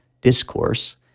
discourse